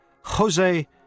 Jose